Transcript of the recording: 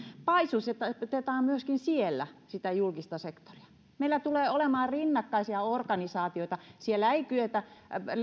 paisutetaan myöskin siellä sitä julkista sektoria meillä tulee olemaan rinnakkaisia organisaatioita siellä ei kyetä